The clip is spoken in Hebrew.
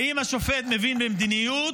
האם השופט מבין במדיניות?